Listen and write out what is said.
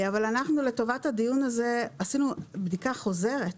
אבל אנחנו לטובת הדיון הזה עשינו בדיקה חוזרת,